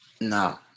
No